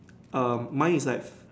um mine is like